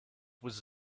was